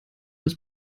das